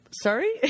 sorry